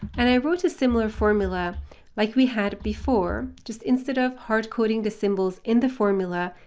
and i wrote a similar formula like we had before, just instead of hard coding the symbols in the formula,